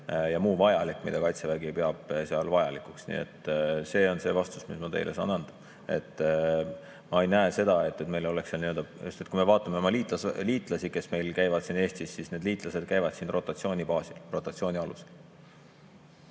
ja muu vajalik, mida Kaitsevägi peab seal vajalikuks. Nii et see on see vastus, mis ma teile saan anda. Ma ei näe seda, et meil oleks … Sest kui me vaatame oma liitlasi, kes meil käivad siin Eestis, need liitlased käivad rotatsiooni baasil, rotatsiooni alusel.